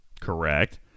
Correct